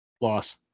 Loss